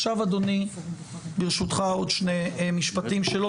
עכשיו אדוני ברשותך עוד שני משפטים שלא